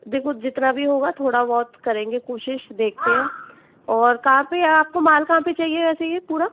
देखो जितना भी होगा थोड़ा बहुत करेंगे कोशिश देखते हैं और कहाँ पे आपको माल कहाँ पे चाहिए वैसे ये पूरा